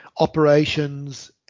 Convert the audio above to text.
operations